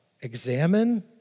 Examine